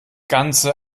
ganze